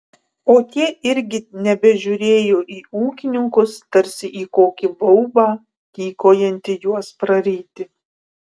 o tie irgi nebežiūrėjo į ūkininkus tarsi į kokį baubą tykojantį juos praryti